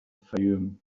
fayoum